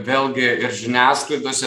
vėlgi ir žiniasklaidose